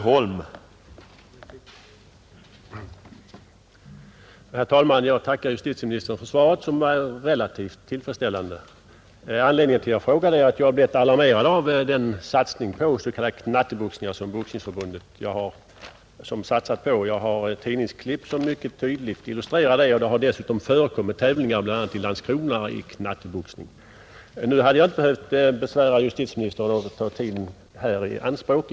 Herr talman! Jag tackar justitieministern för svaret, som var relativt tillfredsställande. Anledningen till min fråga är att jag blivit alarmerad av de satsningar på s.k. knatteboxningar som Boxningsförbundet gör. Jag har tidningsurklipp som mycket tydligt illustrerar det. Det har dessutom redan förekommit tävlingar i knatteboxningar bl.a. i Landskrona. Nu hade jag inte behövt besvära justitieministern och ta tid i anspråk här med denna fråga.